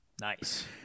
Nice